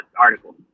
article